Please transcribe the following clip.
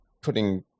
putting